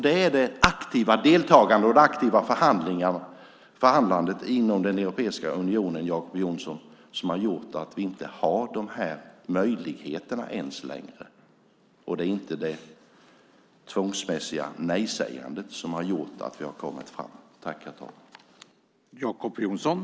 Det är det aktiva deltagandet och det aktiva förhandlandet inom Europeiska unionen som har gjort att vi inte ens har de här möjligheterna längre, Jacob Johnson. Det är inte det tvångsmässiga nej-sägandet som har gjort att vi har kommit fram dit.